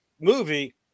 movie